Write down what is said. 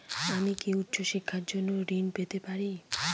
আমি কি উচ্চ শিক্ষার জন্য ঋণ পেতে পারি?